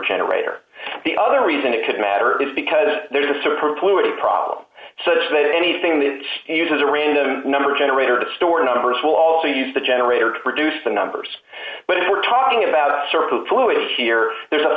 generator the other reason it could matter is because there is a supreme fluid problem such that anything that uses a random number generator to store numbers will also use the generator to produce the numbers but if we're talking about a sort of fluid here there's a